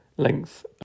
Length